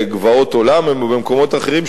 "גבעות עולם" ואחרים,